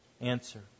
answer